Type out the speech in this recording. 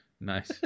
Nice